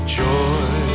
joy